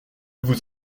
vous